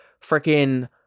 freaking